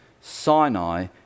Sinai